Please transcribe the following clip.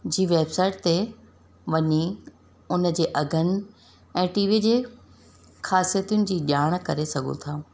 जी website ते वञी हुनजे अघनि ऐं टी वी जे ख़ासियतुनि जी ॼाण करे सघूं था